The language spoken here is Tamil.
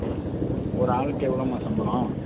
ஒரு ஆளுக்கு எவ்வளோமா சம்பளம்